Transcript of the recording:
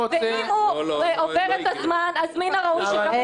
אם הוא עובר את הזמן, מן הראוי שגם אחרים.